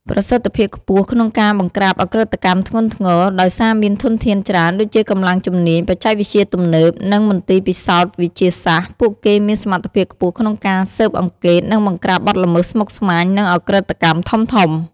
ប្រសិទ្ធភាពខ្ពស់ក្នុងការបង្ក្រាបឧក្រិដ្ឋកម្មធ្ងន់ធ្ងរ ដោយសារមានធនធានច្រើន ដូចជាកម្លាំងជំនាញ បច្ចេកវិទ្យាទំនើប និងមន្ទីរពិសោធន៍វិទ្យាសាស្ត្រ ពួកគេមានសមត្ថភាពខ្ពស់ក្នុងការស៊ើបអង្កេត និងបង្ក្រាបបទល្មើសស្មុគស្មាញ និងឧក្រិដ្ឋកម្មធំៗ។